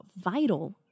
vital